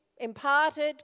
imparted